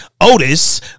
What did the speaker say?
Otis